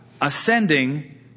ascending